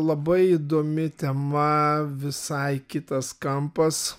labai įdomi tema visai kitas kampas